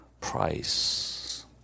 price